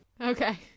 Okay